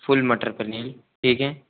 full matar paneer ठीक है